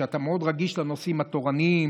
שאתה מאוד רגיש לנושאים התורניים,